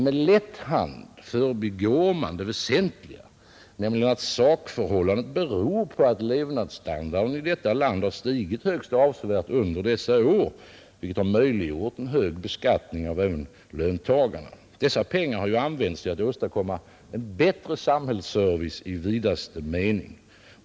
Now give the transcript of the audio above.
Med lätt hand förbigår man det väsentliga, nämligen att sakförhållandet beror på att levnadsstandarden i detta land stigit högst avsevärt under dessa år vilket möjliggjort ett högt skatteuttag även från löntagarna. Dessa pengar har använts till att åstadkomma en bättre samhällsservice i vidaste mening.